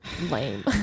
lame